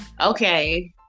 Okay